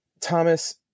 Thomas